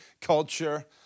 culture